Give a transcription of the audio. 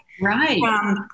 Right